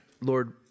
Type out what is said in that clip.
Lord